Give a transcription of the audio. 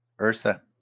Ursa